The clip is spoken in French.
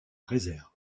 réserve